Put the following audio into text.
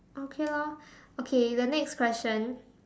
okay lor okay the next question